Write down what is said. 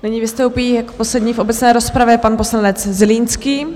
Nyní vystoupí jako poslední v obecné rozpravě pan poslanec Zlínský.